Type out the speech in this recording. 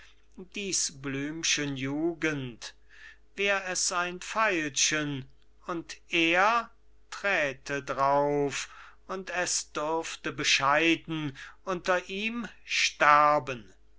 dies blümchen jugend wär es ein veilchen und er träte drauf und es dürfte bescheiden unter ihm sterben